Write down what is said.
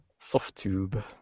SoftTube